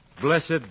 Blessed